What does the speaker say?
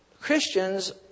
Christians